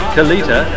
Kalita